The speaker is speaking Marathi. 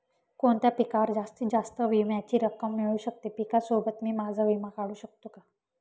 कोणत्या पिकावर जास्तीत जास्त विम्याची रक्कम मिळू शकते? पिकासोबत मी माझा विमा काढू शकतो का?